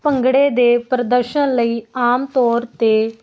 ਭੰਗੜੇ ਦੇ ਪ੍ਰਦਰਸ਼ਨ ਲਈ ਆਮ ਤੌਰ 'ਤੇ